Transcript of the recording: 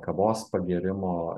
kavos pagėrimo